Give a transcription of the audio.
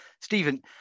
Stephen